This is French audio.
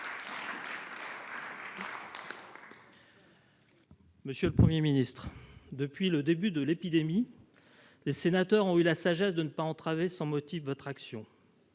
Monsieur le Premier ministre, depuis le début de l'épidémie, les sénateurs ont eu la sagesse de ne pas entraver sans motif votre action,